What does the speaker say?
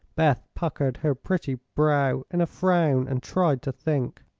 beth puckered her pretty brow in a frown and tried to think.